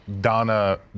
Donna